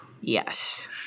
Yes